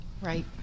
Right